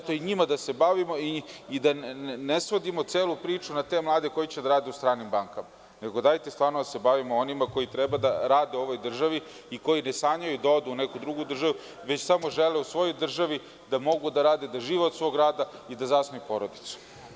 Treba njima da se bavimo i da ne svodimo celu priču na te mlade koji će da rade u stranim bankama, nego dajte da se bavimo onima koji treba da rade u ovoj državi i koji i ne sanjaju da odu u neku drugu državu, već samo žele u svojoj državi da mogu da rade, da žive od svog rada i da zasnuju porodicu.